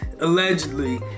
allegedly